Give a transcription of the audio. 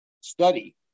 Study